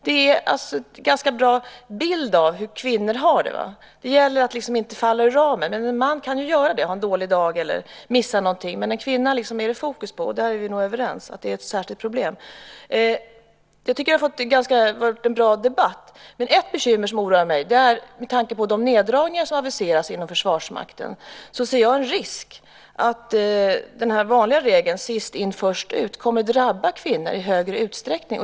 Det är en ganska bra bild av hur kvinnor har det. Det gäller att inte falla ur ramen. En man kan ju göra det. Han kan ha en dålig dag eller missa någonting. Men en kvinna är det fokus på. Vi är nog överens om att det är ett särskilt problem. Jag tycker att det har varit en bra debatt. Men det finns ett bekymmer som oroar mig med tanke på de neddragningar som aviseras inom Försvarsmakten. Jag ser en risk för att den här vanliga regeln om sist-in-först-ut kommer att drabba kvinnor i högre utsträckning.